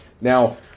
Now